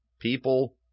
people